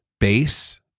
base